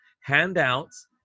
Handouts